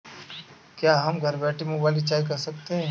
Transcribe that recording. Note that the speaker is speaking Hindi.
क्या हम घर बैठे मोबाइल रिचार्ज कर सकते हैं?